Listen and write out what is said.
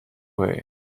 way